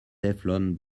teflon